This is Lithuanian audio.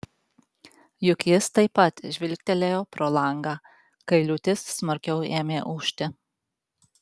juk jis taip pat žvilgtelėjo pro langą kai liūtis smarkiau ėmė ūžti